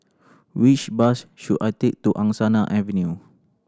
which bus should I take to Angsana Avenue